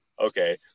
Okay